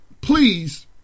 Please